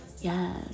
Yes